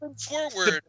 Forward